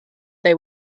they